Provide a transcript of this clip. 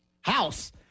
house